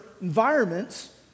environments